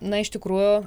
na iš tikrųjų